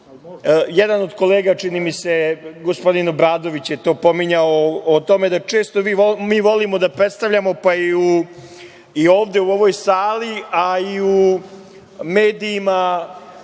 vodu. Jedan od kolega, čini mi se, gospodin Obradović je to pominjao o tome da često mi volimo da predstavljamo, pa i ovde u ovoj sali, a i u medijima,